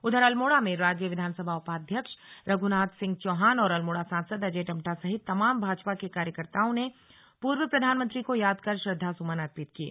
उधर अल्मोड़ा में राज्य विधानसभा उपाध्यक्ष रघुनाथ सिंह चौहान और अल्मोड़ा सांसद अजय टम्टा सहित तमाम भाजपा के कार्यकर्ताओं ने पूर्व प्रधानमंत्री को याद कर श्रद्वासुमन अर्पित किये